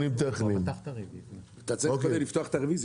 אתה צריך לפתוח קודם את הרוויזיה.